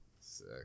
Sick